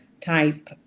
type